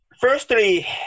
Firstly